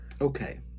Okay